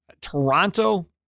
Toronto